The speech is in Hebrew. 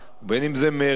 בין שזה מרצ,